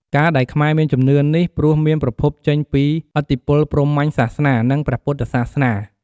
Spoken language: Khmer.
ការដែលខ្មែរមានជំនឿនេះ ព្រោះមានប្រភពចេញពីឥទ្ធិពលព្រហ្មញ្ញសាសនា និងព្រះពុទ្ធសាសនា។